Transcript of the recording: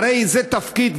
הרי זה תפקיד,